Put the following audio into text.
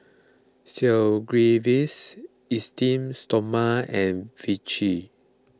Sigvaris Esteem Stoma and Vichy